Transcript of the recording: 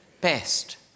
best